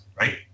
right